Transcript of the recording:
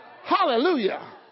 hallelujah